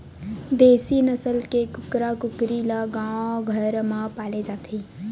देसी नसल के कुकरा कुकरी ल गाँव घर म पाले जाथे